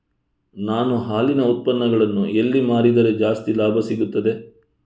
ನಾನು ಹಾಲಿನ ಉತ್ಪನ್ನಗಳನ್ನು ಎಲ್ಲಿ ಮಾರಿದರೆ ಜಾಸ್ತಿ ಲಾಭ ಸಿಗುತ್ತದೆ?